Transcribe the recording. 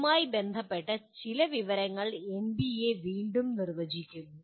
ഇതുമായി ബന്ധപ്പെട്ട ചില വിവരങ്ങൾ എൻബിഎ വീണ്ടും നിർവ്വചിക്കുന്നു